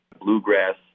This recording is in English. bluegrass